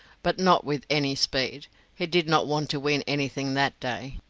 but not with any speed he did not want to win anything that day.